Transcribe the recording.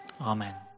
Amen